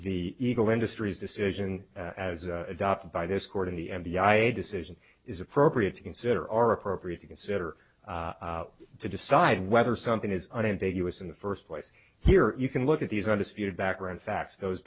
the eagle industries decision as adopted by this court in the m b i a decision is appropriate to consider are appropriate to consider to decide whether something is unambiguous in the first place here you can look at these are disputed background facts those